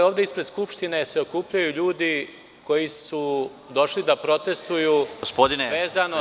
Ovde ispred Skupštine se okupljaju ljudi koji su došli da protestuju vezano za…